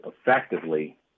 effectively